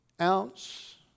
ounce